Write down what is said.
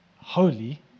holy